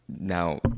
now